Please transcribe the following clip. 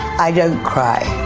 i don't cry.